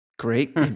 Great